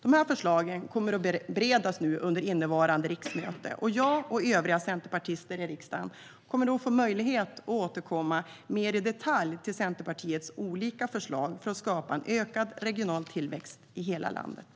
Dessa förslag kommer att beredas under innevarande riksmöte, och jag och övriga centerpartister i riksdagen kommer då att få möjlighet att återkomma mer i detalj till Centerpartiets olika förslag för att skapa en ökad regional tillväxt i hela landet.